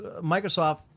Microsoft